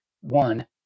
One